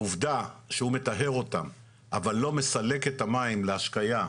העובדה שהוא מטהר אותם אבל לא מסלק את המים להשקיה,